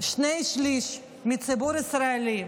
שני שלישים מהציבור הישראלי,